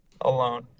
alone